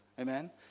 Amen